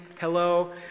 hello